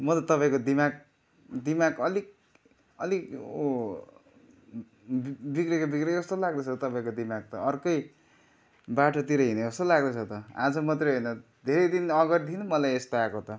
म त तपाईँको दिमाग दिमाग अलिक अलिक उ बिग्रेको बिग्रेको जस्तो लाग्दैछ तपाईँको दिमाग त अर्कै बाटोतिर हिँडेको जस्तो लाग्दैछ त आज मात्रै होइन धेरै दिन अगाडिदेखि मलाई यस्तो आएको त